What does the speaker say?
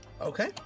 Okay